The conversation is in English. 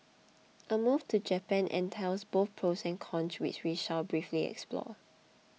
a move to Japan entails both pros and cons which we shall briefly explore